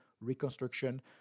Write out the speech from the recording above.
reconstruction